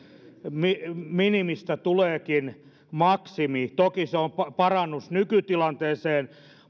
minimistä tuleekin maksimi toki se on parannus nykytilanteeseen